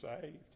saved